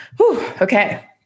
Okay